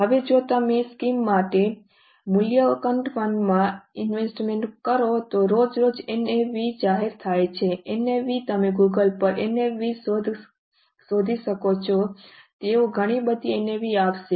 હવે જો તમે તે સ્કીમ માટે મ્યુચ્યુઅલ ફંડમાં ઇન્વેસ્ટમેન્ટ કરો તો રોજેરોજ NAV જાહેર થાય છે NAV તમે Google પર NAV શોધી શકો છો તેઓ ઘણી બધી NAV આપશે